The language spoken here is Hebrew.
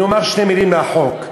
אני אומר שתי מילים על החוק.